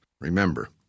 Remember